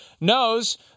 knows